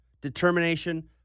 determination